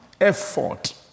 effort